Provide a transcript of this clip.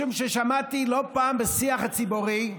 משום ששמעתי לא פעם בשיח הציבורי: